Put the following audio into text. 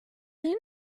lena